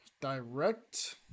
direct